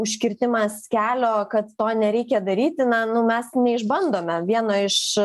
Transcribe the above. užkirtimas kelio kad to nereikia daryti na nu mes neišbandome vieno iš